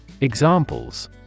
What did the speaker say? Examples